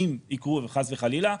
אם יקרו וחס וחלילה,